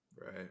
Right